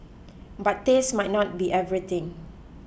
but taste might not be everything